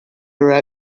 are